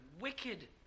wicked